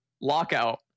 lockout